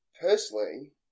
personally